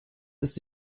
ist